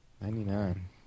Ninety-nine